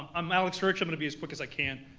i'm alex rich, i'm gonna be as quick as i can.